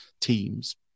Teams